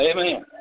Amen